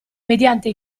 mediante